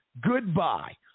Goodbye